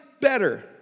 better